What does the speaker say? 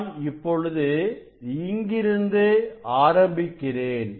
நான் இப்பொழுது இங்கிருந்து ஆரம்பிக்கிறேன்